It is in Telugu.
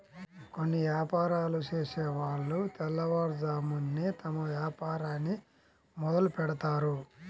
కొన్ని యాపారాలు చేసేవాళ్ళు తెల్లవారుజామునే తమ వ్యాపారాన్ని మొదలుబెడ్తారు